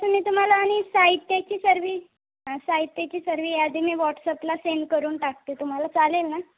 तसं मी तुम्हाला आणि साहित्याची सर्व साहित्याची सर्व यादी मी वॉट्सपला सेंड करून टाकते तुम्हाला चालेल ना